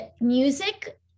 music